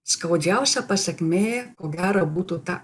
skaudžiausia pasekmė ko gero būtų ta